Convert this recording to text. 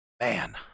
man